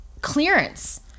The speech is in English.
clearance